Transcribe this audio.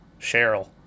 Cheryl